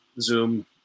Zoom